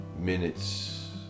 minutes